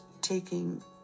taking